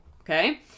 Okay